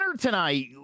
tonight